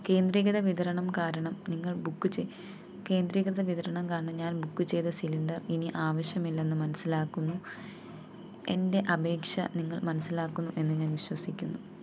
കേന്ദ്രീകൃത വിതരണം കാരണം നിങ്ങൾ ബുക്ക് ചെയ് കേന്ദ്രീകൃത വിതരണം കാരണം ഞാൻ ബുക്ക് ചെയ്ത സിലിണ്ടർ ഇനി ആവശ്യമില്ലെന്ന് മനസ്സിലാക്കുന്നു എൻ്റെ അപേക്ഷ നിങ്ങൾ മനസ്സിലാക്കുന്നു എന്ന് ഞാൻ വിശ്വസിക്കുന്നു